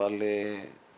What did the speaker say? זה לא קורה,